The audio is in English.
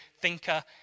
thinker